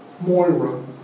Moira